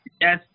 yes